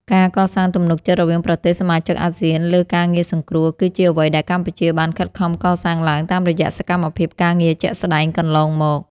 ការកសាងទំនុកចិត្តរវាងប្រទេសសមាជិកអាស៊ានលើការងារសង្គ្រោះ គឺជាអ្វីដែលកម្ពុជាបានខិតខំកសាងឡើងតាមរយៈសកម្មភាពការងារជាក់ស្តែងកន្លងមក។